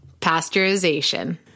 pasteurization